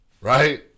right